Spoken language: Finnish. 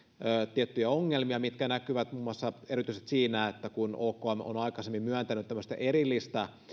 tiettyjä ongelmia mitkä näkyvät muun muassa erityisesti siinä että kun okm on aikaisemmin myöntänyt tämmöistä erillistä